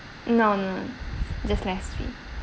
no no just less sweet